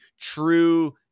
true